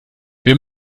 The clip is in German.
wir